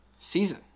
season